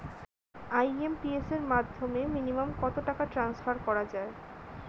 IMPS এর মাধ্যমে minimum কত টাকা ট্রান্সফার করা যায়?